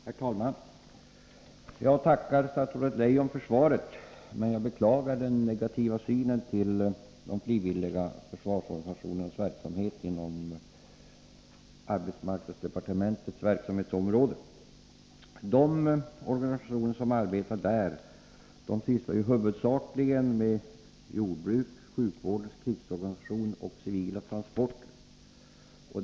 Herr talman! Jag tackar statsrådet Leijon för svaret, men jag beklagar den negativa synen på de frivilliga försvarsorganisationernas verksamhet inom arbetsmarknadsdepartementets ansvarsområde. De organisationer som arbetar inom arbetsmarknadsdepartementets ansvarsområde sysslar huvudsakligen med jordbruk, sjukvårdens krigsorganisation och civila transporter.